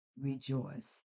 rejoice